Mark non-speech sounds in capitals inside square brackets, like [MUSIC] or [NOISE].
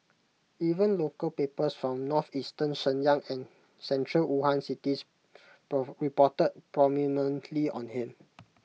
even local papers from northeastern Shenyang and central Wuhan cities [UNINTELLIGIBLE] reported prominently on him